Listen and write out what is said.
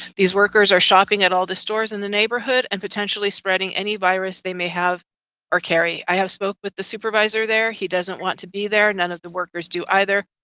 these workers are shopping at all the stores in the neighborhood and potentially spreading any virus they may have or carry. i have spoke with the supervisor there. he doesn't want to be there and none of the workers do either.